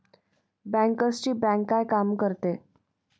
बँकर्सची बँक काय काम करते?